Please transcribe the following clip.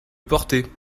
porter